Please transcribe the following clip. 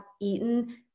eaten